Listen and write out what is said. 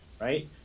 right